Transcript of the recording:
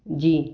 जी